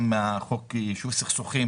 גם את החוק ליישוב סכסוכים